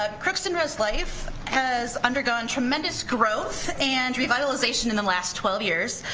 ah crookston res life has undergone tremendous growth and revitalization in the last twelve years.